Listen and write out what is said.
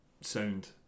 sound